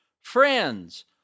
friends